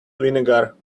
vinegar